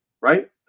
right